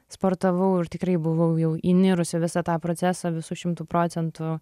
sportavau ir tikrai buvau jau įnirus į visą tą procesą visu šimtu procentų